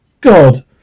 God